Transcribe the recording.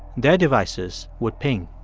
their devices would ping